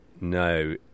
No